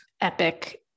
epic